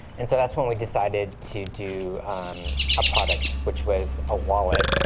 and so that's when we decided to do a product which was a wallet.